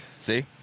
See